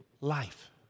life